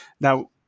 Now